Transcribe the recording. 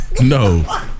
No